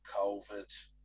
COVID